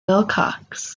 wilcox